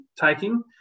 taking